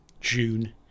June